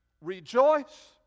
rejoice